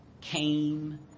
came